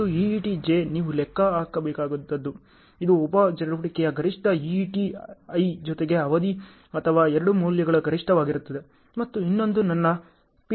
ಮತ್ತು EET J ನೀವು ಲೆಕ್ಕ ಹಾಕಬೇಕಾದದ್ದು ಇದು ಉಪ ಚಟುವಟಿಕೆಯ ಗರಿಷ್ಠ EET I ಜೊತೆಗೆ ಅವಧಿ ಅಥವಾ ಎರಡು ಮೌಲ್ಯಗಳ ಗರಿಷ್ಠವಾಗಿರುತ್ತದೆ ಮತ್ತು ಇನ್ನೊಂದು ನನ್ನ PLನ EET